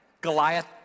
Goliath